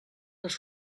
les